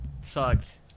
sucked